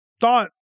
thought